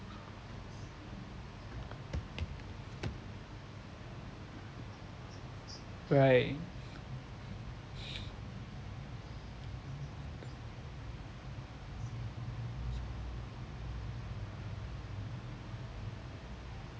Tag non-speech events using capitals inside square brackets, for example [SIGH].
right [BREATH]